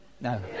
No